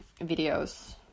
videos